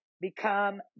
become